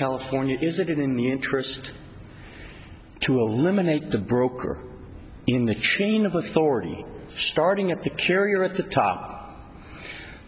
california is that in the interest to eliminate the broker in the chain of authority starting at the carrier at the top